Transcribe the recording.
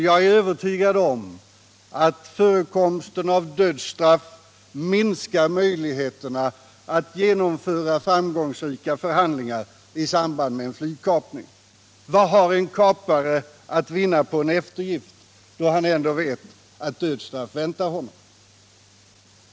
Jag är övertygad om att förekomsten av dödsstraff minskar möjligheterna att genomföra framgångsrika förhandlingar i samband med en flygkapning. Vad har en kapare att vinna på en eftergift då han ändå vet att dödsstraff väntar honom?